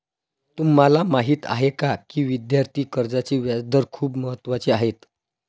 तुम्हाला माहीत आहे का की विद्यार्थी कर्जाचे व्याजदर खूप महत्त्वाचे आहेत?